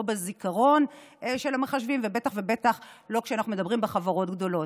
לא בזיכרון של המחשבים ובטח ובטח לא כשאנחנו מדברים על חברות גדולות.